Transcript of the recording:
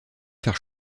faire